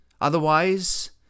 Otherwise